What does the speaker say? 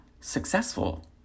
Successful